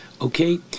Okay